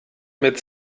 mit